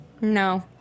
No